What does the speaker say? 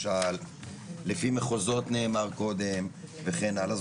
לפי מחוזות נאמר קודם וכן הלאה,